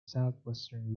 southwestern